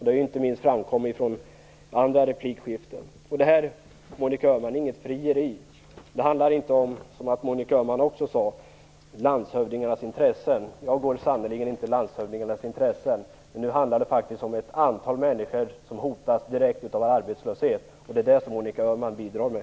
Det har inte minst framkommit i andra replikskiften. Det här är inget frieri, Monica Öhman. Det handlar inte om landshövdingarnas intresse, vilket Monica Öhman också sade. Jag agerar sannerligen inte i landshövdingarnas intresse. Nu handlar det faktiskt om ett antal människor som hotas av direkt arbetslöshet. Det är det som Monica Öhman bidrar med.